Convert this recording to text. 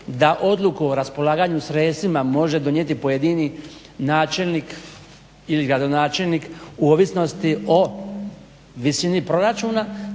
da odluku o raspolaganju sredstvima može donijet pojedini načelnik, ili gradonačelnik u ovisnosti o visini proračuna